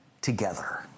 together